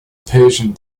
persian